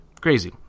Crazy